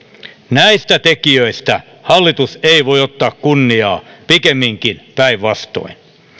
näistä tekijöistä hallitus ei voi ottaa kunniaa pikemminkin päinvastoin